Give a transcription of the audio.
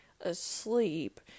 asleep